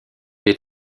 des